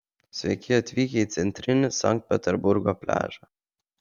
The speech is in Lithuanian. sveiki atvykę į centrinį sankt peterburgo pliažą